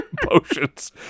potions